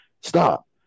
stop